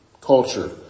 culture